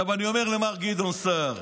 עכשיו, אני אומר למר גדעון סער,